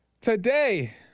Today